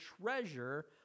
treasure